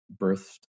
birthed